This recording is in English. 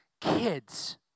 kids